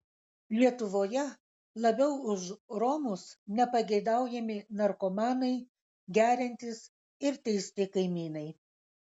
lietuvoje labiau už romus nepageidaujami narkomanai geriantys ir teisti kaimynai